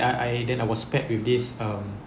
ya I then I was paired with this um